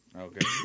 Okay